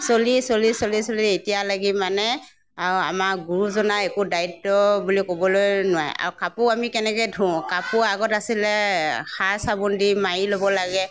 চলি চলি চলি চলি এতিয়ালৈকে মানে আৰু আমাৰ গুৰুজনাই একো দায়িত্ব বুলি ক'বলৈ নোৱাৰে আৰু কাপোৰ আমি কেনেকৈ ধুওঁ কাপোৰ আগত আছিলে খাৰ চাবোন দি মাৰি ল'ব লাগে